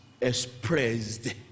expressed